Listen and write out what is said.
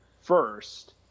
first